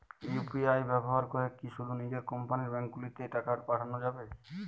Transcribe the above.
UPI ব্যবহার করে কি শুধু নিজের কোম্পানীর ব্যাংকগুলিতেই টাকা পাঠানো যাবে?